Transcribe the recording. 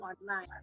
online